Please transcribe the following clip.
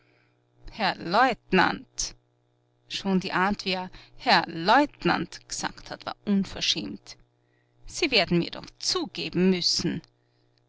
herr leutnant schon die art wie er herr leutnant gesagt hat war unverschämt sie werden mir doch zugeben müssen